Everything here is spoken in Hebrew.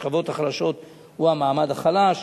השכבות החלשות הן המעמד החלש.